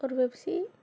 ஒரு பெப்சி